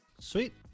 Sweet